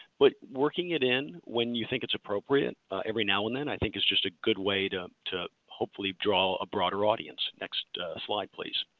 but working it in when you think it's appropriate every now and then i think is just a good way to to hopefully draw a broader audience. next slide please.